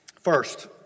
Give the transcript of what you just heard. First